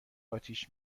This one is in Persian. آتیش